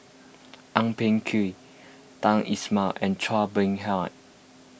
Ang Peng Tiam Hamed Ismail and Chua Beng Huat